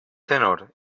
tenor